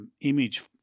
image